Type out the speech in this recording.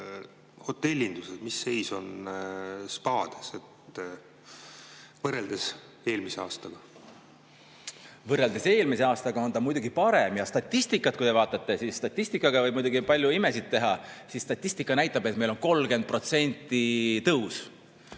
on hotellinduses, mis seis on spaades võrreldes eelmise aastaga? Võrreldes eelmise aastaga on ta muidugi parem. Ja statistikat, kui te vaatate, siis statistikaga võib muidugi palju imesid teha: statistika näitab, et meil on 30%-line